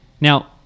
Now